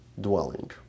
dwelling